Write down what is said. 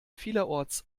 vielerorts